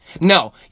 No